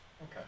Okay